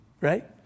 right